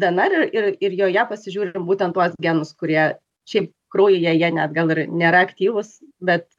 dnr ir ir joje pasižiūrim būtent tuos genus kurie šiaip kraujyje jie net gal ir nėra aktyvūs bet